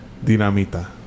Dinamita